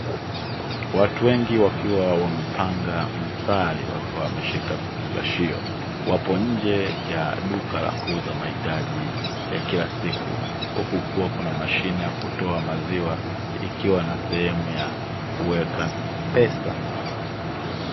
Watu wengi wakiwa wamepanga mstari, wakiwa wameshika vifungashio, wapo nje ya duka la kuuza mahitaji ya kila siku, huku kuna mashine ya kutoa maziwa, ikiwa na sehemu ya kuweka pesa.